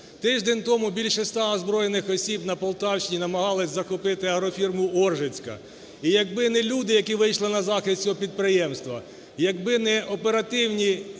Тиждень тому більше 100 озброєних осіб на Полтавщині намагались захопити агрофірму "Оржицька", і якби не люди, які вийшли на захист цього підприємства, якби не оперативні